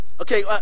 Okay